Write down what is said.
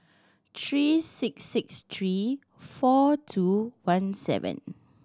three six six three four two one seven